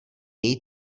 její